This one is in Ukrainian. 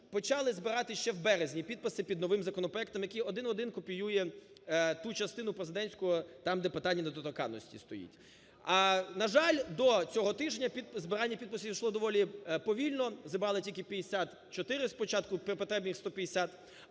почали збирати ще в березні підписи під новим законопроектом, який один в один копіює ту частину президентського, там, де питання недоторканності стоїть. На жаль, до цього тижня збирання підписів йшло доволі повільно, зібрали тільки 54 спочатку при потрібних 150.